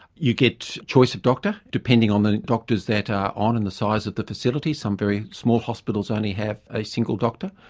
you get choice of doctor, depending on the doctors that are on and the size of the facility. some very small hospitals only have a single doctor.